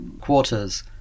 quarters